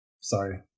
Sorry